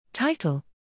Title